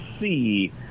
see